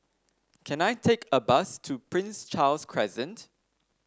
can I take a bus to Prince Charles Crescent